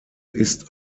ist